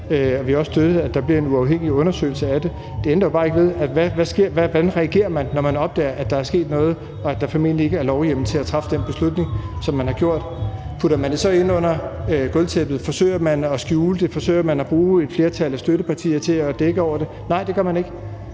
vi har også støttet, at der bliver en uafhængig undersøgelse af det. Det ændrer jo bare ikke ved, hvordan man reagerer, når man opdager, at der er sket noget, og at der formentlig ikke er lovhjemmel til at træffe den beslutning, som man har gjort. Putter man det så ind under gulvtæppet? Forsøger man at skjule det? Forsøger man at bruge et flertal af støttepartier til at dække over det? Nej, det gør man ikke.